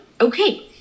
okay